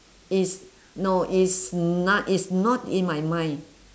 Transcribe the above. is no is not is not in my mind